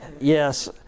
Yes